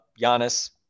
Giannis